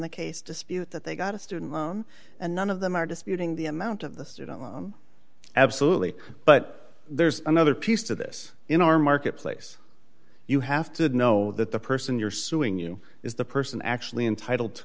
the case dispute that they got a student loan and none of them are disputing the amount of the student loan absolutely but there's another piece to this in our marketplace you have to know that the person you're suing you is the person actually entitled to